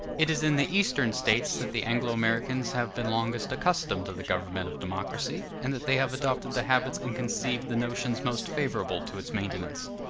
it is in the eastern states that the anglo-americans have been longest accustomed to the government of democracy, and that they have adopted the habits and conceived the notions most favorable to its maintenance.